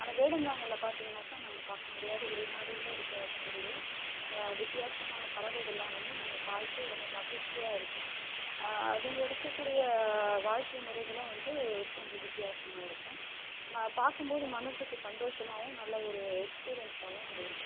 ஆனால் வேடந்தாங்களில் பார்த்தீங்கன்னாக்கா நம்ம பார்க்க முடியாத வெளிநாடுகளை இருக்ககூடிய வித்தியாசமான பறவைகள்லாம் வந்து நம்ம பார்த்து ரொம்ப மகிழ்ச்சியாருக்கும் அதுங்க இருக்ககூடிய வாழ்க்கை முறைகளும் வந்து கொஞ்சம் வித்தியாசமாக இருக்கும் நான் பார்க்கும்போது மனசுக்கு சந்தோஷமாகவும் நல்ல ஒரு எஸ்பிரியன்ஸ்ஸாகவும் இருக்கும்